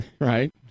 Right